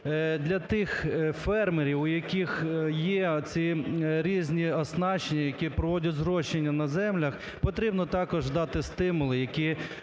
для тих фермерів, у яких є оці різні оснащення, які проводять зрошення на землях, потрібно також дати стимули, які